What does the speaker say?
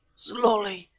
slowly,